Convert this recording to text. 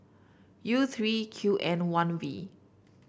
U three Q N one V